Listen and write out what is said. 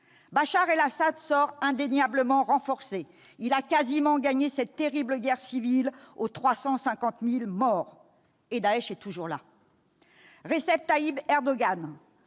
Bachar al-Assad sort indéniablement renforcé ; il a quasiment gagné cette terrible guerre civile aux 350 000 morts. Et Daech est toujours là. Recep Tayyip Erdogan